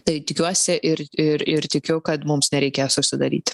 tai tikiuosi ir ir ir tikiu kad mums nereikės užsidaryti